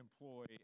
employee